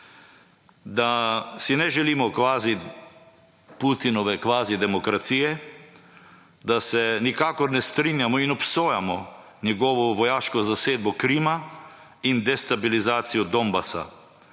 da si ne želimo Putinove kvazi demokracije, da se nikakor ne strinjamo in obsojamo njegovo vojaško zasedbo Krima in destabilizacijo Donbasa.